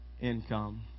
income